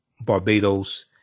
Barbados